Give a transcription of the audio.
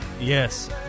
Yes